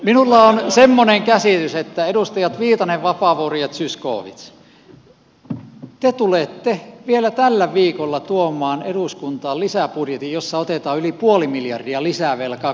minulla on semmoinen käsitys että edustajat viitanen vapaavuori ja zyskowicz te tulette vielä tällä viikolla tuomaan eduskuntaan lisäbudjetin jossa otetaan yli puoli miljardia lisää velkaa kuluvana vuonna